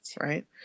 Right